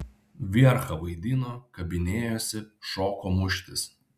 vierchą vaidino kabinėjosi šoko muštis